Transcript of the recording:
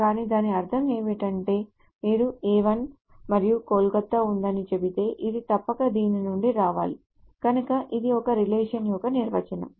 కానీ దాని అర్థం ఏమిటంటే మీరు A 1 మరియు కోల్కతా ఉందని చెబితే ఇది తప్పక దీని నుండి రావాలి కనుక ఇది ఒక రిలేషన్ యొక్క నిర్వచనం